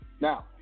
now